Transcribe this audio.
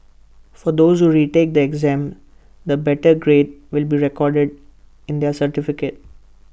for those who retake the exam the better grade will be recorded in their certificate